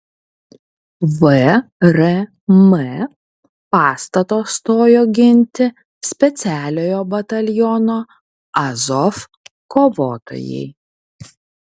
vrm pastato stojo ginti specialiojo bataliono azov kovotojai